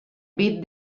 bit